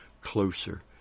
closer